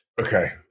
Okay